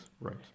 right